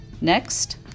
Next